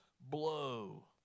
blow